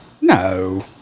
No